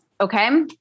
Okay